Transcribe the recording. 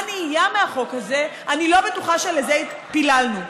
מה נהיה מהחוק הזה, אני לא בטוחה שלזה פיללנו.